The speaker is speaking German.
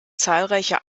zahlreicher